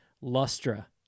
lustra